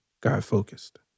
God-focused